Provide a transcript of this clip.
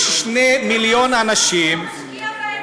יש 2 מיליון אנשים, למה "חמאס" לא משקיע בהם?